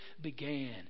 began